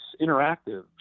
interactive